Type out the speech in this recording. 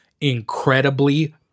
incredibly